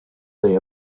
they